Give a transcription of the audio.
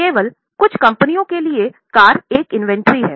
केवल कुछ कंपनियों के लिए कार एक इंवेंट्री है